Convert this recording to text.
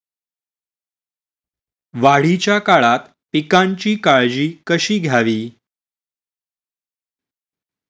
वाढीच्या काळात पिकांची काळजी कशी घ्यावी?